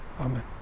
Amen